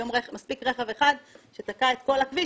היום מספיק רכב אחד שתקע את כל הכביש,